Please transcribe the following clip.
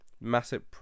Massive